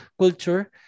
culture